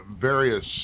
various